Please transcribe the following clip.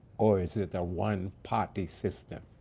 or is it a one party system?